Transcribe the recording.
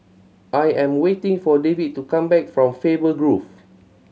I am waiting for David to come back from Faber Grove